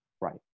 Right